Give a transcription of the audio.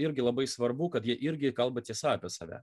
irgi labai svarbu kad jie irgi kalba tiesą apie save